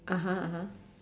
(uh huh) (uh huh)